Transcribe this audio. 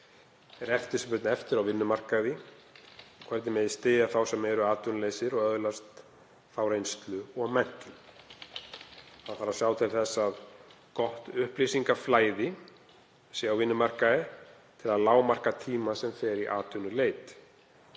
eftirspurn er eftir á vinnumarkaði og hvernig megi styðja þá sem eru atvinnulausir til að öðlast þá reynslu og menntun. Það þarf að sjá til þess að gott upplýsingaflæði sé á vinnumarkaði til að lágmarka tíma sem fer í atvinnuleit.